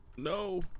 No